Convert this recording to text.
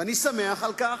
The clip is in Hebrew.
ואני שמח על כך.